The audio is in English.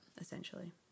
essentially